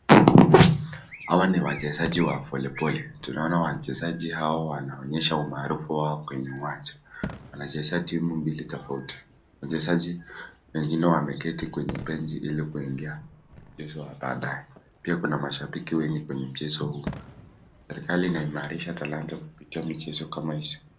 Hawa ni wachezaji wa voliboli. Tunaona wachezaji hao wanaonyesha umaarufu wao kwenye uwanja. Wanacheza timu mbili tofauti. Wachezaji wengine wameketi kwenye benchi ili kuingia mchezo wa baadae. Pia kuna mashabiki wenye matika mchezo huu. Serikali inaimarisha talanta kuoitia mchezo kama hizo.